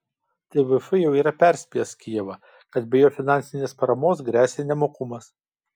tvf jau yra perspėjęs kijevą kad be jo finansinės paramos gresia nemokumas